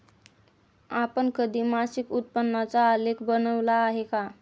आपण कधी मासिक उत्पन्नाचा आलेख बनविला आहे का?